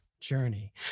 journey